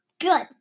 Good